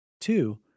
Two